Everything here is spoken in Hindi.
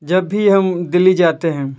जब भी हम दिल्ली जाते हैं